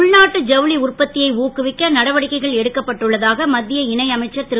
உள்நாட்டு உற்பத்தியை ஜவுளி நடவடிக்கைகள் எடுக்கப்பட்டுள்ளதாக மத்திய இணை அமைச்சர் திரு